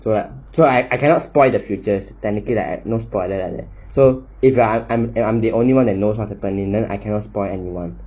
so that so I cannot spoil the futures technically like I no spoiler like that so if I'm I'm I'm the only one that know such a turn in I cannot spoil anyone